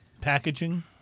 packaging